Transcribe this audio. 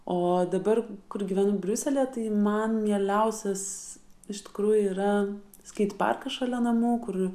o dabar kur gyvenu briuselyje tai man mieliausias iš tikrųjų yra skeit parkas šalia namų kur